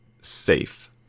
safe